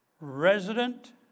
resident